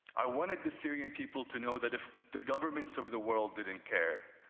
i wanted the syrian people to know that if the governments of the world didn't care,